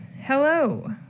hello